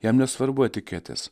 jam nesvarbu etiketės